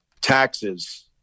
taxes